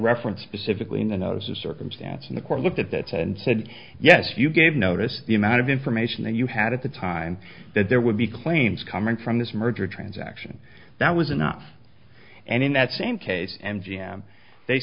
reference specifically in the notice of circumstance in the court looked at that and said yes you gave notice the amount of information that you had at the time that there would be claims coming from this merger transaction that was enough and in that same case m g m they